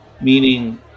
meaning